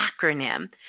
acronym